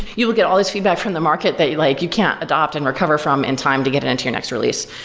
you will get all this feedback from the market that you like you can't adopt and recover from in time to get into your next release.